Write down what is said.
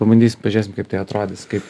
pabandysim pažiūrėsim kaip tai atrodys kaip